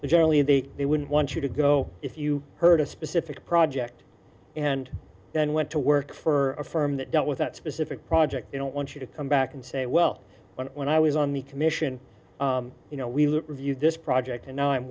generally they they wouldn't want you to go if you heard a specific project and then went to work for a firm that dealt with that specific project they don't want you to come back and say well when i was on the commission you know we reviewed this project and now i'm